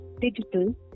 digital